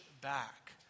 back